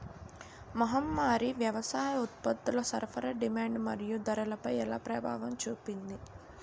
మహమ్మారి వ్యవసాయ ఉత్పత్తుల సరఫరా డిమాండ్ మరియు ధరలపై ఎలా ప్రభావం చూపింది?